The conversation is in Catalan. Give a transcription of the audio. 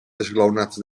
esglaonats